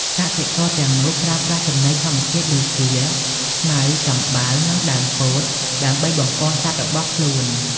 កសិករទាំងនោះប្រើប្រាស់ចំណីធម្មជាតិ ដូចជា ស្មៅ ចំបើង និង ដើមពោត ដើម្បីបំប៉នសត្វរបស់ខ្លួន។